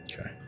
okay